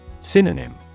Synonym